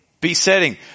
besetting